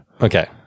Okay